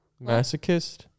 Masochist